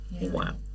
wow